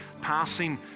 passing